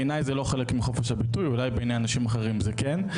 בעיניי זה לא חלק מחופש הביטוי אולי בעיני אנשים אחרים זה כן.